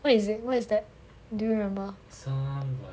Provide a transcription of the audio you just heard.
what is it what is that